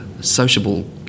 sociable